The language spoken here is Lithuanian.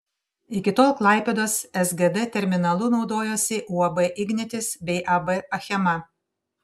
iki tol klaipėdos sgd terminalu naudojosi uab ignitis bei ab achema